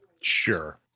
Sure